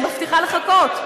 אני מבטיחה לחכות.